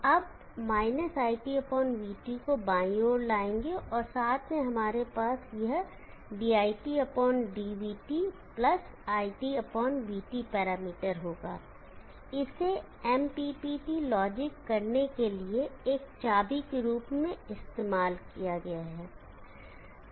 हम - iTvT को बायीं ओर लाएंगे और साथ में हमारे पास यह diTdvT iTvT पैरामीटर होगा इसे MPPT लॉजिक करने के लिए एक चाबी के रूप में इस्तेमाल किया जा सकता है